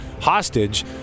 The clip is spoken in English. hostage